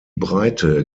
breite